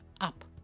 up